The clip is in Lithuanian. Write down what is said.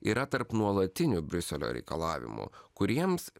yra tarp nuolatinių briuselio reikalavimų kuriems